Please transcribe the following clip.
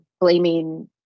blaming